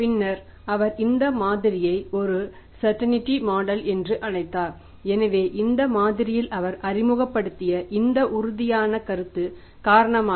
பின்னர் அவர் இந்த மாதிரியை ஒரு ஸர்டந்டீ மாடல் என்று அழைத்தார் எனவே இந்த மாதிரியில் அவர் அறிமுகப்படுத்திய இந்த உறுதியான கருத்து காரணமாக